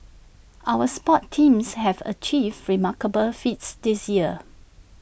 our sports teams have achieved remarkable feats this year